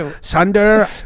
sunder